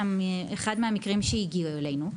אלא אחד מהמקרים שהגיעו אלינו,